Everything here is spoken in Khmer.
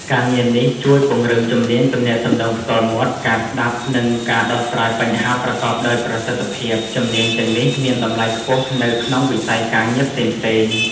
ការងារនេះជួយពង្រឹងជំនាញទំនាក់ទំនងផ្ទាល់មាត់ ការស្ដាប់ និងការដោះស្រាយបញ្ហាប្រកបដោយប្រសិទ្ធភាព។ ជំនាញទាំងនេះមានតម្លៃខ្ពស់នៅក្នុងវិស័យការងារផ្សេងៗ។